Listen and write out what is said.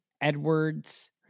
Edwards